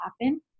happen